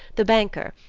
the banker,